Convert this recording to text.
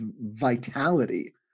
vitality